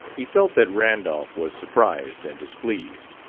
he felt that randolph was surprised and displeased.